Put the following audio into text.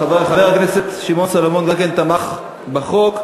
חבר הכנסת שמעון סולומון גם כן תמך בחוק.